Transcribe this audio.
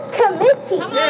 committee